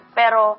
pero